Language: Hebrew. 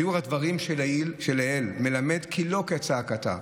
תיאור הדברים שלעיל מלמד כי לא כצעקתה.